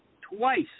Twice